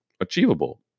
achievable